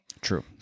True